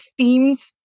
themed